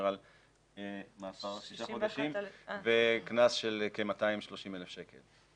על מאסר שישה חודשים וקנס של כ-230,000 שקלים.